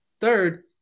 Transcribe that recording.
third